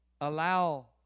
allow